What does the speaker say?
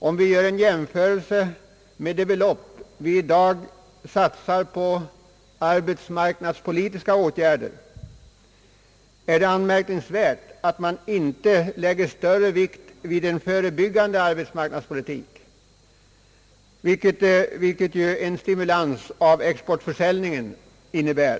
Om vi gör en jämförelse med de belopp vi i dag satsar på arbetsmarknadspolitiska åtgärder, är det anmärkningsvärt att man inte lägger större vikt vid en förebyggande arbetsmarknadspolitik, vilket en stimulans av exportförsäljningen innebär.